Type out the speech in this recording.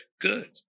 good